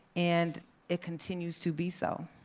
and it continues to be so.